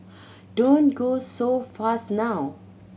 don't go so fast now